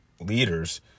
leaders